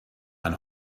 and